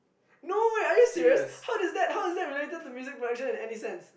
no wait are you serious how does that how is that related to music production in any sense